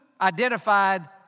identified